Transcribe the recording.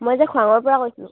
মই যে খোৱাঙৰ পৰা কৈছিলোঁ